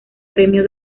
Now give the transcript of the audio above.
premio